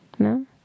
No